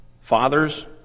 fathers